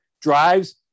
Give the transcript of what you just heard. drives